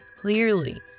clearly